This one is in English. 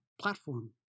platform